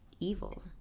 evil